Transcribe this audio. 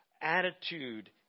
attitude